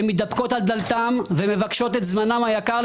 שמתדפקות על דלתם ומבקשות את זמנם היקר,